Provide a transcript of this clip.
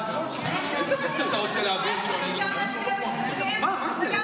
אנחנו לא יכולים להצביע גם בוועדת הכספים וגם